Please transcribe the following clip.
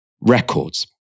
records